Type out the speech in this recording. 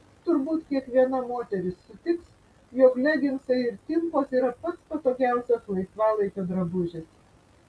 turbūt kiekviena moteris sutiks jog leginsai ir timpos yra pats patogiausias laisvalaikio drabužis